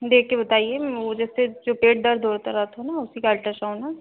देखकर बताइए वह जैसे जो पेट दर्द होता रहता ना उसी का अल्ट्रासाउन है